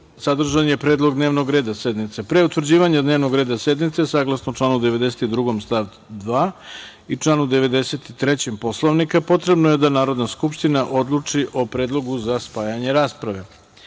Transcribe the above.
sadržan je Predlog dnevnog reda sednice. Pre utvrđivanja dnevnog reda sednice saglasno članu 92. stav 2. i članu 93. Poslovnika potrebno je da Narodna skupština odluči o predlogu za spajanje rasprave. Narodni